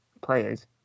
players